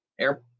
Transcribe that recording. air